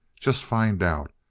just find out.